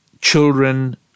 Children